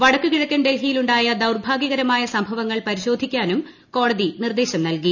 വടക്കു കിഴക്കൻ ഡൽഹിയിൽ ഉണ്ടായ ദൌർഭാഗ്യകരമായ സംഭവങ്ങൾ പരിശോധിക്കാനും കോടതി നിർദ്ദേശം നൽകി